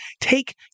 take